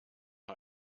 man